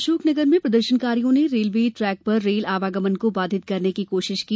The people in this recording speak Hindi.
अशोकनगर में प्रदर्शनकारियों ने रेलवे ट्रेक पर रेल आवागमन को बाधित करने की कोशिश की